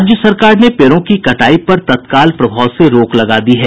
राज्य सरकार ने पेड़ों की कटाई पर तत्काल प्रभाव से रोक लगा दी है